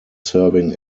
serving